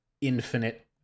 infinite